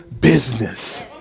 business